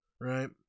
right